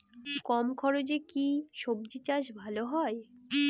কম খরচে কি সবজি চাষ ভালো হয়?